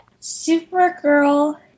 Supergirl